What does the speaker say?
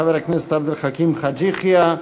חבר הכנסת עבד אל חכים חאג' יחיא.